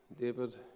David